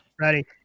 Ready